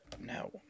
no